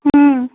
ह्म्म